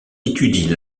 étudie